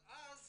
אבל אז